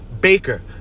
baker